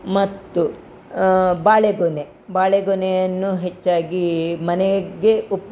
ಮತ್ತು ಬಾಳೆಗೊನೆ ಬಾಳೆಗೊನೆಯನ್ನು ಹೆಚ್ಚಾಗಿ ಮನೆಗೆ ಉಪ